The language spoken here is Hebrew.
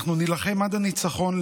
אנחנו נילחם עד הניצחון,